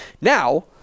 Now